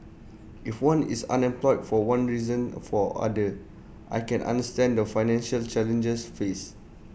if one is unemployed for one reason for other I can understand the financial challenges faced